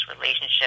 relationship